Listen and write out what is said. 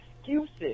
excuses